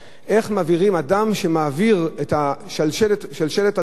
איך מעבירים, אדם שמעביר את השלשלת, שלשלת הדורות,